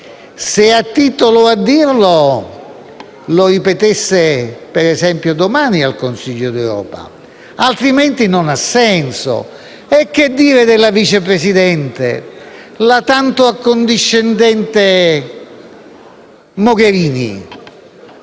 Se ha titolo a dirlo, lo ripetesse, per esempio, domani al Consiglio europeo, altrimenti non ha senso. E che dire della Vice Presidente, la tanto accondiscendente Mogherini?